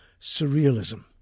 surrealism